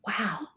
Wow